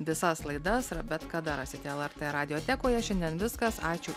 visas laidas ir bet kada rasit lrt radiotekoje šiandien viskas ačiū